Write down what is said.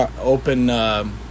open